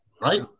Right